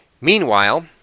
Meanwhile